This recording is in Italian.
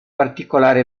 particolare